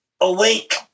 awake